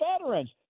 veterans